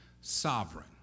Sovereign